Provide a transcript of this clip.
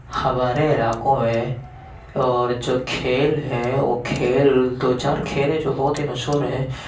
ہمارے علاقوں میں اور جو کھیل ہے وہ کھیل دو چار کھیل ہے جو بہت ہی مشہور ہے